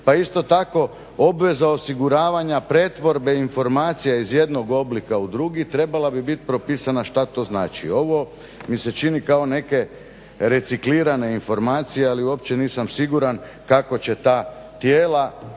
Pa isto tako obveza osiguravanja pretvorbe informacija iz jednog oblika u drugi trebala bi bit propisana šta to znači. Ovo mi se čini kao neke reciklirane informacije, ali uopće nisam siguran kako će ta tijela